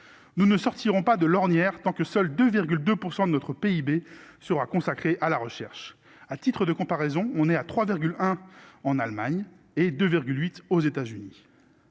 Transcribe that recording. nous ne sortirons pas de l'ornière tant que seuls 2 2 pour 100 de notre PIB sera consacré à la recherche, à titre de comparaison, on est à 3 1 en Allemagne et 2 8 aux États-Unis,